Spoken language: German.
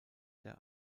der